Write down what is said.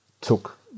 took